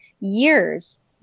years